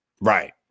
right